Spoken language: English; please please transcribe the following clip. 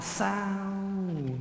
sound